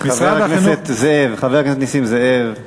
חבר הכנסת נסים זאב,